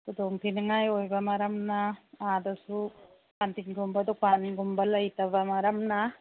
ꯈꯨꯗꯣꯡ ꯊꯤꯅꯤꯡꯉꯥꯏ ꯑꯣꯏꯕ ꯃꯔꯝꯅ ꯑꯥꯗꯁꯨ ꯀꯥꯟꯇꯤꯟꯒꯨꯝꯕ ꯗꯨꯀꯥꯟꯒꯨꯝꯕ ꯂꯩꯇꯕ ꯃꯔꯝꯅ